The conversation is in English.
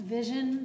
Vision